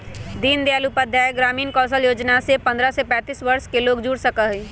दीन दयाल उपाध्याय ग्रामीण कौशल योजना से पंद्रह से पैतींस वर्ष के लोग जुड़ सका हई